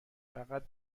فقط